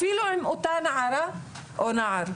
אפילו עם אותה נערה או נער.